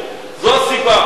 זו הסיבה.